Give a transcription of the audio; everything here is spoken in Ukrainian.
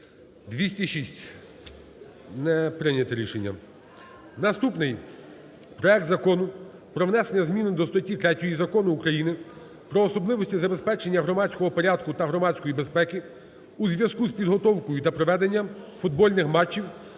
За-206 Не прийнято рішення.